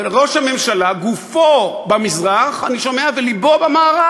ראש הממשלה, גופו במזרח, אני שומע, ולבו במערב.